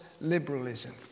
liberalism